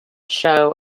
show